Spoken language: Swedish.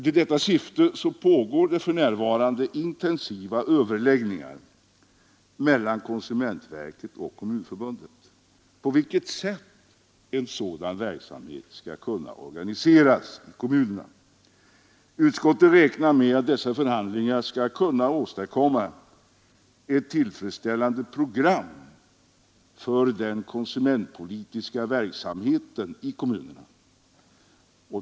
I det syftet pågår för närvarande intensiva överläggningar mellan konsumentverket och Kommunförbundet om på vilket sätt en sådan verksamhet skall organiseras i kommunerna. Utskottet räknar med att man genom dessa förhandlingar skall kunna åstadkomma ett tillfredsställande program för den konsumentpolititiska verksamheten i kommunerna.